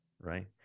right